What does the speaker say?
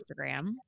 Instagram